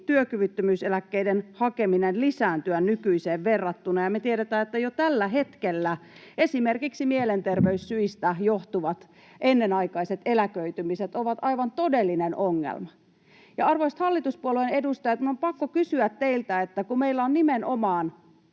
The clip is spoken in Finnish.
työkyvyttömyyseläkkeiden hakeminen voi lisääntyä nykyiseen verrattuna. Me tiedetään, että jo tällä hetkellä esimerkiksi mielenterveyssyistä johtuvat ennenaikaiset eläköitymiset ovat aivan todellinen ongelma. Arvoisat hallituspuolueiden edustajat, minun on pakko kysyä teiltä: kun meillä on nimenomaan